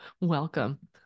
welcome